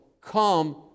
Come